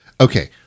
Okay